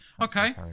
Okay